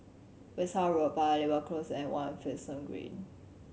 Westerhout Road Paya Lebar Close and One Finlayson Green